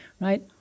right